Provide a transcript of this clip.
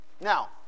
Now